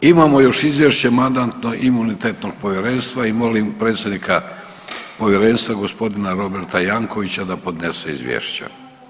Imamo još Izvješće Mandatno-imunitetnog povjerenstva i molim predstavnika povjerenstva gospodina Roberta Jankovića da podnese izvješća.